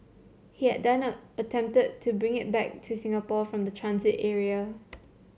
he had then attempted to bring it back in to Singapore from the transit area